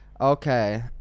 Okay